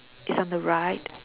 it's on the right